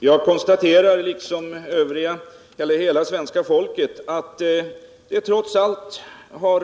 Herr talman! Jag konstaterar, liksom hela svenska folket, att den brottsliga verksamheten trots allt har